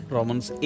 Romans